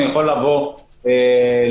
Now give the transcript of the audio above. יכול לבוא לקראתו,